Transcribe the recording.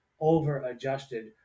over-adjusted